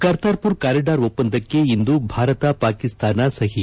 Kartarpur corridor ಒಪ್ಪಂದಕ್ಕೆ ಇಂದು ಭಾರತ ಪಾಕಿಸ್ತಾನ ಸಹಿ